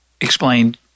explained